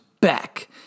back